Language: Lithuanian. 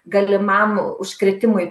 galimam užkritimui